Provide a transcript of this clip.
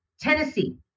Tennessee